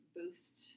boost